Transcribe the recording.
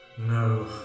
No